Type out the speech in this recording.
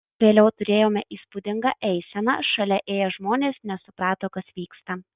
vėliau turėjome įspūdingą eiseną šalia ėję žmonės nesuprato kas vyksta